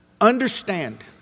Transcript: Understand